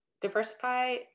diversify